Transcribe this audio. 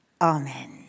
Amen